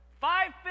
five